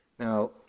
Now